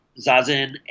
Zazen